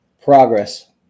Progress